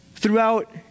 Throughout